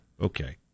Okay